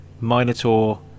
Minotaur